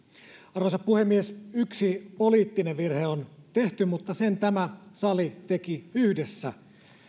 arvoisa puhemies yksi poliittinen virhe on tehty mutta sen tämä sali teki yhdessä